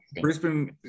Brisbane